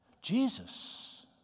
Jesus